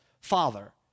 father